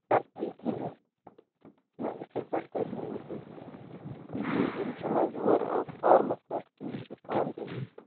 نہ یِتھَے پٲٹھۍ کَتہِ نِیِو تُہۍ تُہۍ یِیِو اِنشاء اللہ یور فارمَس پٮ۪ٹھ تُہۍ وٕچھِو پانہٕ